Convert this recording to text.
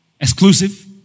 exclusive